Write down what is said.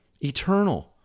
eternal